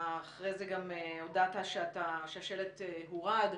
אתה אחרי זה גם הודעת שהשלט הורד.